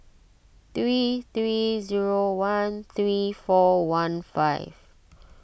three three zero one three four one five